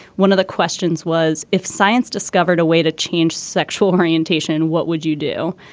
one of the questions was if science discovered a way to change sexual orientation what would you do.